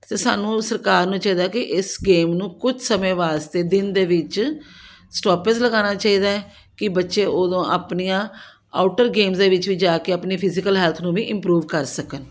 ਅਤੇ ਸਾਨੂੰ ਓ ਸਰਕਾਰ ਨੂੰ ਚਾਹੀਦਾ ਕਿ ਇਸ ਗੇਮ ਨੂੰ ਕੁਝ ਸਮੇਂ ਵਾਸਤੇ ਦਿਨ ਦੇ ਵਿੱਚ ਸਟੋਪਿਜ਼ ਲਗਾਉਣਾ ਚਾਹੀਦਾ ਕਿ ਬੱਚੇ ਉਦੋਂ ਆਪਣੀਆਂ ਆਊਟਰ ਗੇਮ ਦੇ ਵਿੱਚ ਵੀ ਜਾ ਕੇ ਆਪਣੀ ਫਿਜੀਕਲ ਹੈਲਥ ਨੂੰ ਵੀ ਇੰਪਰੂਵ ਕਰ ਸਕਣ